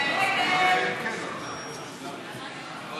חוק